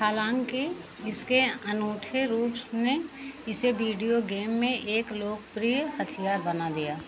हालाँकि इसके अनूठे रूप ने इसे वीडियो गेम में एक लोकप्रिय हथियार बना दिया